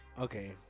okay